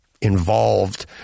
involved